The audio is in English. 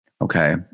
Okay